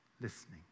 listening